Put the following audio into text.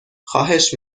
خواهش